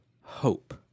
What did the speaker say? hope